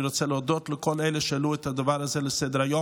אני רוצה להודות לכל אלה שהעלו את הדבר הזה לסדר-היום.